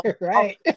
Right